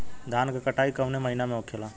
धान क कटाई कवने महीना में होखेला?